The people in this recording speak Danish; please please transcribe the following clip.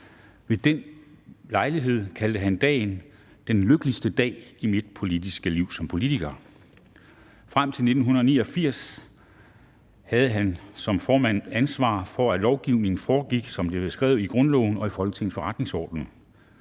Ved den lejlighed kaldte han dagen »den lykkeligste dag i mit liv som politiker«. Frem til 1989 havde han som folketingsformand ansvaret for, at lovgivningsarbejdet foregik som beskrevet i grundloven og i Folketingets forretningsorden.